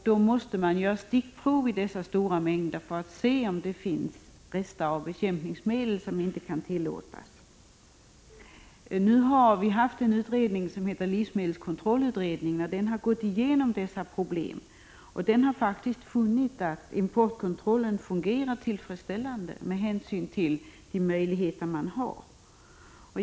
Det görs stickprov i dessa stora mängder frukt för att se om det finns rester av bekämpningsmedel som inte är tillåtna. ; Livsmedelskontrollutredningen har gått igenom dessa problem och har faktiskt funnit att importkontrollen fungerar tillfredsställande med hänsyn — Prot. 1985/86:140 till de möjligheter som finns.